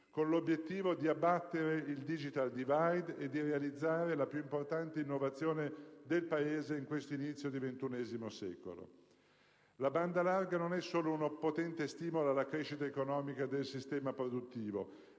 con l'obiettivo di abbattere il *digital divide* e di realizzare la più importante innovazione del Paese in questo inizio di XXI secolo. La banda larga non è solo un potente stimolo alla crescita economica del sistema produttivo,